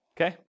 Okay